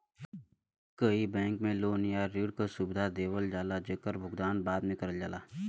कई बैंक में लोन या ऋण क सुविधा देवल जाला जेकर भुगतान बाद में करल जाला